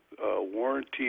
warranty